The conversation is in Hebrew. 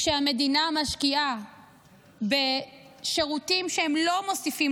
כשהמדינה משקיעה בשירותים שלא מוסיפים